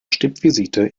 stippvisite